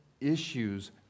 issues